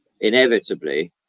inevitably